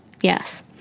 Yes